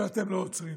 אבל אתם לא עוצרים.